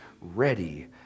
ready